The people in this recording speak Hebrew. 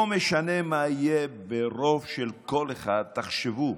לא משנה מה יהיה, ברוב של קול אחד, תחשבו